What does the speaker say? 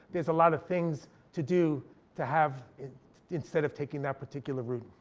there's a lot of things to do to have instead of taking that particular route.